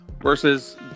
versus